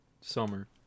summer